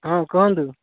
ହଁ କୁହନ୍ତୁ